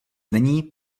není